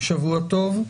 שבוע טוב.